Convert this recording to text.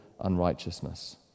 unrighteousness